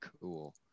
cool